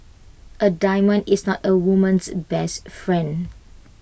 A diamond is not A woman's best friend